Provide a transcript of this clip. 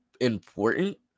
important